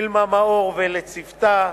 וילמה מאור ולצוותה,